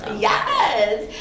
Yes